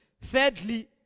Thirdly